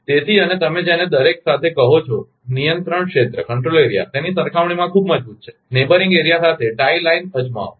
તેથી અને તમે જેને તમે દરેક સાથે કહો છો નિયંત્રણ ક્ષેત્ર તેની સરખામણીમાં ખૂબ મજબૂત છે પડોશી વિસ્તાર સાથે ટાઇ લાઇનો અજમાવો